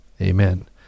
amen